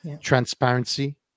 transparency